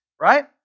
Right